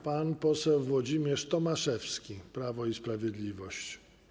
Pan poseł Włodzimierz Tomaszewski, Prawo i Sprawiedliwość.